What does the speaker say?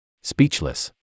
Speechless